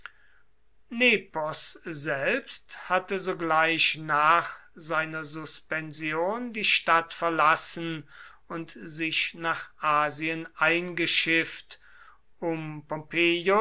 nepos selbst hatte sogleich nach seiner suspension die stadt verlassen und sich nach asien eingeschifft um